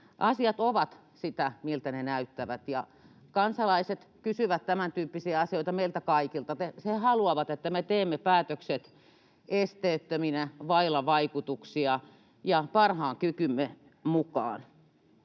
Asiat ovat sitä, miltä ne näyttävät, ja kansalaiset kysyvät tämäntyyppisiä asioita meiltä kaikilta. He haluavat, että me teemme päätökset esteettöminä, vailla vaikutuksia ja parhaan kykymme mukaan.